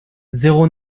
zéro